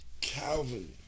Calvin